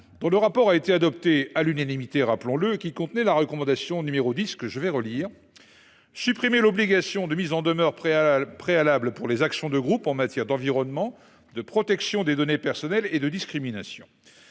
de groupe, adopté à l’unanimité, contenait la recommandation n° 10 suivante :« Supprimer l’obligation de mise en demeure préalable pour les actions de groupe en matière d’environnement, de protection des données personnelles et de discrimination.